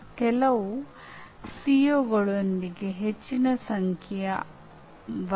ಇದು ಮಾರ್ಗದರ್ಶಿತ ಚಟುವಟಿಕೆಯಲ್ಲ